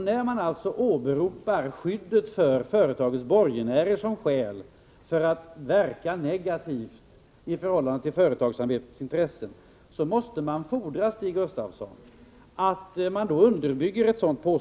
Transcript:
När man åberopar skydd för företagets borgenärer som skäl för att verka negativt i förhållande till företagsamhetens intressen, måste man fordra, Stig Gustafsson, att påståendet underbyggs.